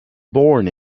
born